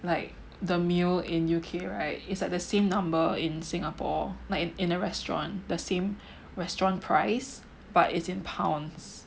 like the meal in U_K right is like the same number in Singapore like in in a restaurant the same restaurant price but it's in pounds